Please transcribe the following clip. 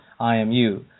IMU